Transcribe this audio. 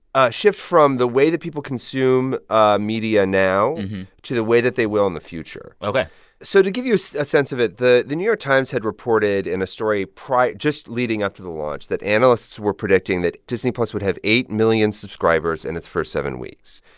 a shift from the way that people consume ah media now to the way that they will in the future ok so to give you a sense of it, the the new york times had reported in a story prior just leading up to the launch that analysts were predicting that disney plus would have eight million subscribers in its first seven weeks.